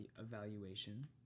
evaluation